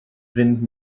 fynd